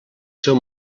seu